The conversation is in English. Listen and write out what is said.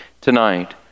tonight